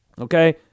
Okay